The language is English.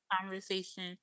conversation